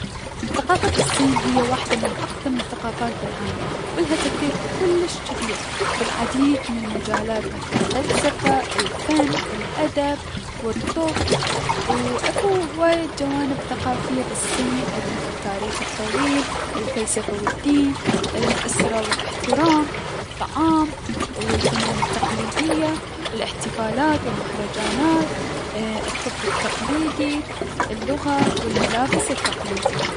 ثقافة الصين هي من اقدم الثقافات بالعالم و الها تأثير كلش جبير بلعديد من المجالات مثل الفلسفة، الفن، الأدب و الطب و اكو هواية جوانب ثقافية بالصين مثل التاريخ الطويل ، الفلسفة و الدين الأسرة و الأحتترام، الفنون التقليدية، الأحتفالات و المهرجانات، ايي- الطب التقليدي اللغة و الملابس التقليدية.